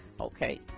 okay